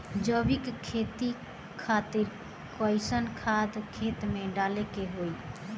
जैविक खेती खातिर कैसन खाद खेत मे डाले के होई?